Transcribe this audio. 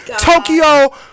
Tokyo